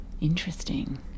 interesting